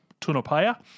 Tunapaya